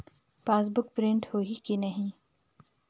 Passbook print होही कि नहीं?